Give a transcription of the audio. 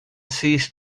ceased